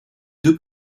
deux